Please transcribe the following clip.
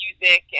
music